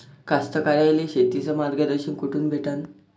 कास्तकाराइले शेतीचं मार्गदर्शन कुठून भेटन?